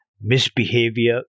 misbehavior